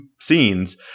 scenes